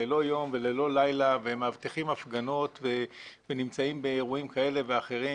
ללא יום וללא לילה והם מאבטחים הפגנות ונמצאים באירועים כאלה ואחרים,